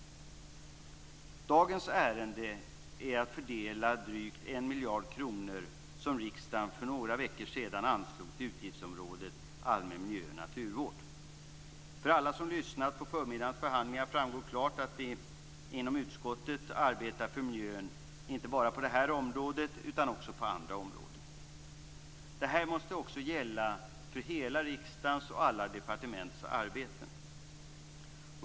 Dagens ärende handlar om att fördela drygt 1 miljard kronor som riksdagen för några veckor sedan anslog till utgiftsområdet Allmän miljö och naturvård. För alla som lyssnat på förmiddagens förhandlingar framgår klart att vi inom utskottet arbetar för miljön inte bara på detta område utan också på andra områden. Detta måste också gälla för hela riksdagens och för alla departements arbete.